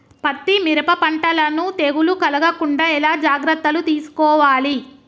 పత్తి మిరప పంటలను తెగులు కలగకుండా ఎలా జాగ్రత్తలు తీసుకోవాలి?